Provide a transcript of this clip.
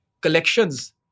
collections